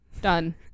Done